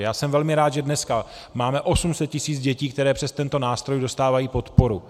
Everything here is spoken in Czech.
Já jsem velmi rád, že dneska máme 800 tisíc dětí, které přes tento nástroj dostávají podporu.